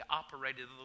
operated